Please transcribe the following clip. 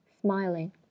smiling